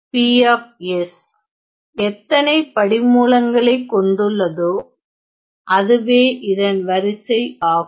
P எத்தனை படிமூலங்களை கொண்டுள்ளதோ அதுவே இதன் வரிசை ஆகும்